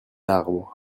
arbres